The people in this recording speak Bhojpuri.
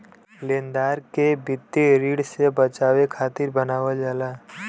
लेनदार के वित्तीय ऋण से बचावे खातिर बनावल जाला